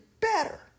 better